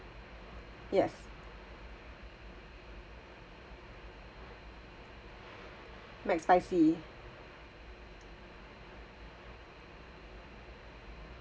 yes mcspicy